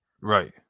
Right